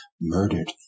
murdered